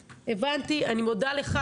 הבנתי, אני מודה לך.